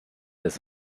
des